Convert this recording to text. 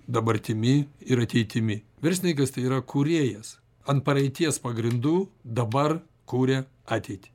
dabartimi ir ateitimi verslininkas tai yra kūrėjas ant praeities pagrindų dabar kuria ateitį